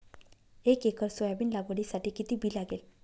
एक acre soybean लागवडीसाठी किती बी लागेल?